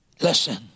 listen